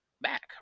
back